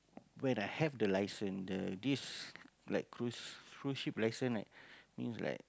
when I have the license the this like cruise cruise ship license right then like